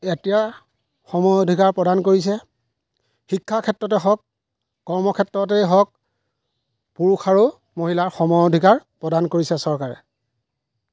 এতিয়া সম অধিকাৰ প্ৰদান কৰিছে শিক্ষাৰ ক্ষেত্ৰতে হওক কৰ্মৰ ক্ষেত্ৰতেই হওক পুৰুষ আৰু মহিলাৰ সম অধিকাৰ প্ৰদান কৰিছে চৰকাৰে